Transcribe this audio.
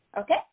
Okay